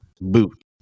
boot